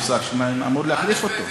יש שר שאמור להחליף אותו.